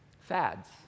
Fads